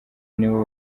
nibo